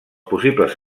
possibles